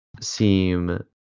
seem